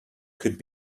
could